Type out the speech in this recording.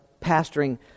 pastoring